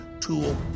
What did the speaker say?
tool